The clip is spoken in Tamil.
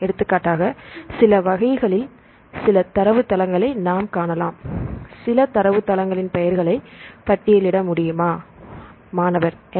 எடுத்துக்காட்டாக சில வகைகளில் சில தரவுத் தளங்களை நாம் காணலாம் சில தரவுத் தளங்களின் பெயர்களை பட்டியலிட முடியுமா மாணவர் என்